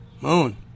Moon